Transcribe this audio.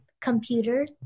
computer